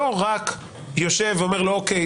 לא רק יושב ואומר לו: אוקיי,